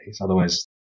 otherwise